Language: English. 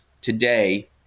today